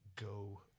Go